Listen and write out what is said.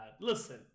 Listen